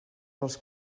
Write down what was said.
dels